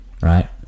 right